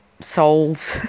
souls